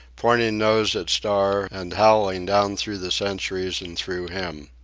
pointing nose at star and howling down through the centuries and through him.